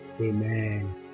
Amen